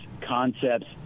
concepts